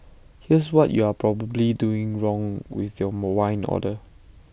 here's what you are probably doing wrong with your more wine order